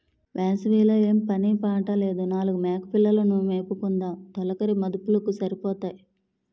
వేసవి లో ఏం పని పాట లేదు నాలుగు మేకపిల్లలు ను మేపుకుందుము తొలకరి మదుపులకు సరిపోతాయి